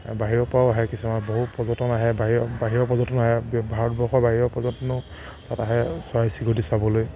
বাহিৰৰ পৰাও আহে কিছুমান বহু পৰ্যটন আহে বাহিৰৰ বাহিৰৰ পৰ্যটন আহে ভাৰতবৰ্ষৰ বাহিৰৰ পৰ্যটনো তাত আহে চৰাই চিৰিকতি চাবলৈ